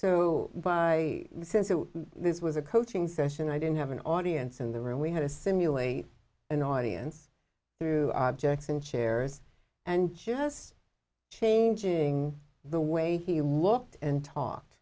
since this was a coaching session i didn't have an audience in the room we had to simulate an audience through objects and chairs and just changing the way he looked and ta